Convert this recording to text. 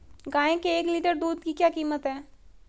गाय के एक लीटर दूध की क्या कीमत है?